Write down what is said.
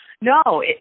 No